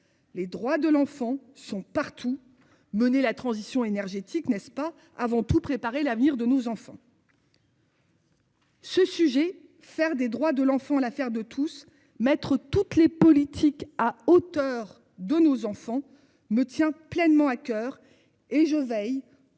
Les droits de l'enfant sont partout, mener la transition énergétique n'est-ce pas avant tout préparer l'avenir de nos enfants. Ce sujet faire des droits de l'enfant. L'affaire de tous, mettre toutes les politiques à hauteur de nos enfants me tient pleinement à coeur et je veille